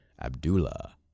Abdullah